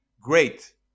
great